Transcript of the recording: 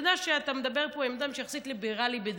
שתדע שאתה מדבר פה עם אדם שיחסית ליברלי בדעותיו.